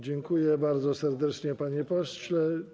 Dziękuję bardzo serdecznie, panie pośle.